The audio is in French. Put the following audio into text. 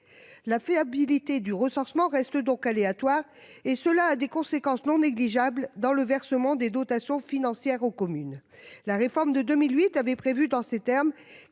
La fiabilité du recensement reste donc aléatoires et cela a des conséquences non négligeables dans le versement des dotations financières aux communes. La réforme de 2008 avait prévu dans ces termes